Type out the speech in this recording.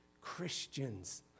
Christians